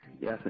Yes